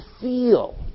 feel